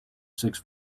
six